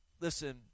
listen